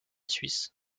suisse